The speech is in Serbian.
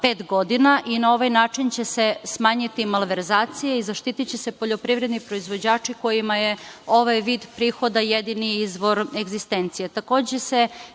pet godina i na ovaj način će se smanjiti malverzacije i zaštiti će se poljoprivredni proizvođači kojima je ovaj vid prihoda jedini izvor egzistencije. Izmene